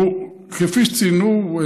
כפי שציינו,